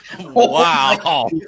Wow